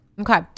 Okay